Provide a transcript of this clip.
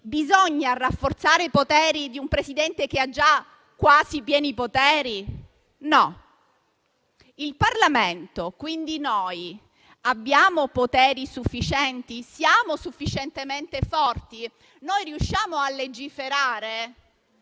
Bisogna quindi rafforzare i poteri di un Presidente che ha già quasi i pieni poteri? No. Il Parlamento, quindi noi, abbiamo poteri sufficienti? Siamo sufficientemente forti? Noi riusciamo a legiferare?